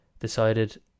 decided